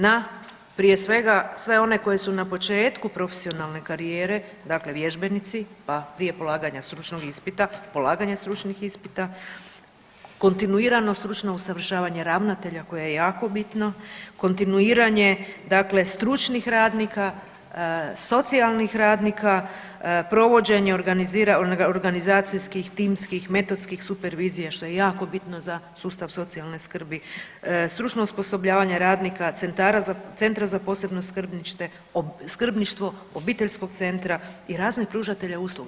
Na prije svega sve one koji su na početku profesionalne karijere, dakle vježbenici, pa prije polaganja stručnog ispita, polaganje stručnih ispita, kontinuirano stručno usavršavanje ravnatelja koje je jako bitno, kontinuiranje dakle stručnih radnika, socijalnih radnika, provođenje organizacijskih, timskih, metodskih supervizija što je jako bitno za sustav socijalne skrbi, stručno osposobljavanje radnika, centra za posebno skrbništvo, obiteljskog centra i raznih pružatelja usluga.